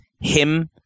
him-